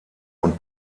und